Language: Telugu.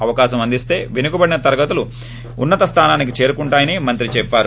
అవకాశం అందిస్తే వెనుకబడిన వర్గాలు ఉన్న త స్థానానికి చేరుకుంటానిరని మంత్రి చెప్పారు